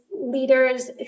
leaders